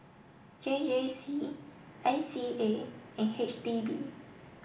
J J C I C A and H D B